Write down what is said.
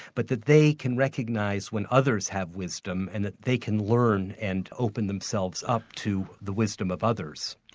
but that they can recognise when others have wisdom, and that they can learn and open themselves up to the wisdom of others.